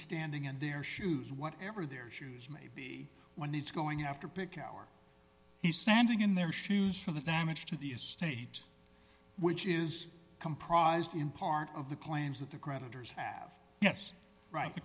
standing in their shoes whatever their shoes may be when he's going after pick our he's standing in their shoes for the damage to the estate which is comprised in part of the claims that the creditors have yes right th